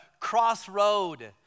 Crossroad